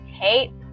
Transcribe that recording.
tape